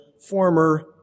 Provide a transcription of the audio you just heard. former